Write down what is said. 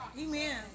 Amen